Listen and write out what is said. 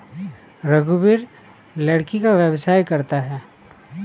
रघुवीर लकड़ी का व्यवसाय करता है